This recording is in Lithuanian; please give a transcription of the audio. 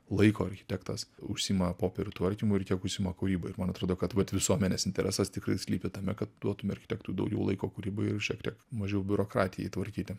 laiko architektas užsiima popierių tvarkymu ir kiek užsiima kūryba ir man atrodo kad vat visuomenės interesas tikrai slypi tame kad duotume architektui daugiau laiko kūrybai ir šiek tiek mažiau biurokratijai tvarkyti